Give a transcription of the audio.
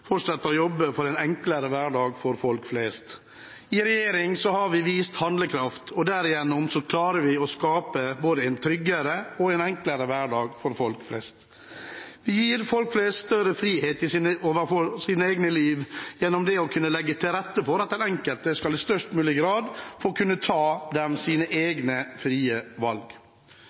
fortsette å jobbe for en enklere hverdag for folk flest. I regjering har vi vist handlekraft, og derigjennom klarer vi å skape både en tryggere og en enklere hverdag for folk flest. Vi gir folk flest større frihet i sitt eget liv gjennom å legge til rette for at den enkelte i størst mulig grad skal kunne ta sine